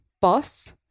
Boss